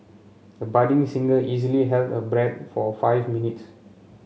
the budding singer easily held her breath for five minutes